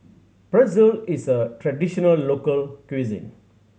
pretzel is a traditional local cuisine